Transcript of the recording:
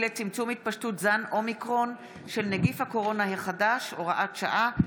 לצמצום התפשטות זן אומיקרון של נגיף הקורונה החדש (הוראה שעה),